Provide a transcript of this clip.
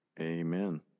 amen